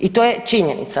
I to je činjenica.